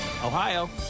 Ohio